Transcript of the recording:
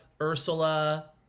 Ursula